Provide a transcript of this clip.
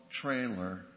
trailer